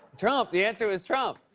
trump. the answer was trump.